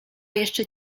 jeszcze